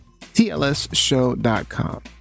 TLSshow.com